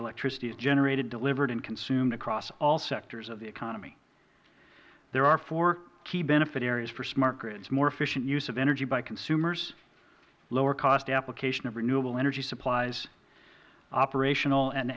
electricity is generated delivered and consumed across all sectors of the economy there are four key benefit areas for smart grids more efficient use of energy by consumers lower cost application of renewable energy supplies operational an